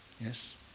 Yes